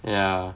ya